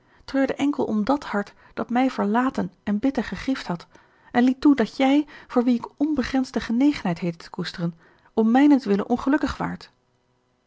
treurde enkel om dàt hart dat mij verlaten en bitter gegriefd had en liet toe dat jij voor wie ik onbegrensde genegenheid heette te koesteren om mijnentwille ongelukkig waart